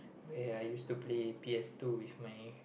where I used to play p_s-two with my